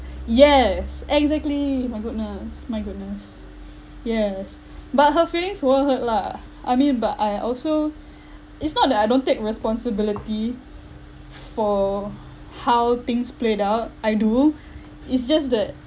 yes exactly my goodness my goodness yes but her feelings were hurt lah I mean but I also it's not that I don't take responsibility for how things played out I do it's just that